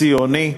הציוני,